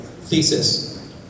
thesis